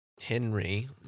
Henry